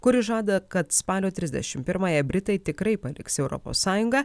kuris žada kad spalio trisdešim pirmąją britai tikrai paliks europos sąjungą